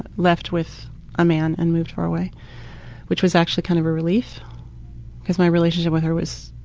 left with a man and moved far away which was actually kind of a relief because my relationship with her was,